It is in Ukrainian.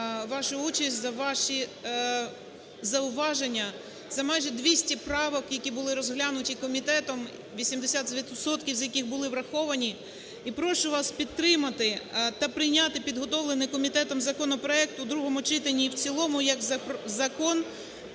за ваші зауваження, за майже 200 правок, які були розглянуті комітетом, 80 відсотків з яких були враховані. І прошу вас підтримати та прийняти, підготовлений комітетом, законопроект у другому читанні і в цілому як закон